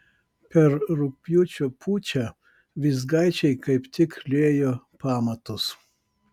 per rugpjūčio pučą vizgaičiai kaip tik liejo pamatus